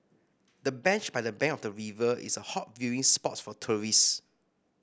the bench by the bank of the river is a hot viewing spot for tourist